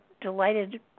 delighted